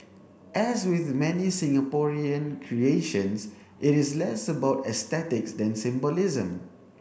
as with many Singaporean creations it is less about aesthetics than symbolism